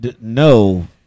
No